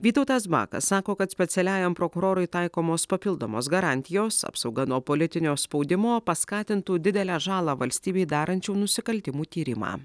vytautas bakas sako kad specialiajam prokurorui taikomos papildomos garantijos apsauga nuo politinio spaudimo paskatintų didelę žalą valstybei darančių nusikaltimų tyrimą